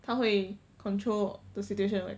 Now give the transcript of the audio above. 他会 control the situation right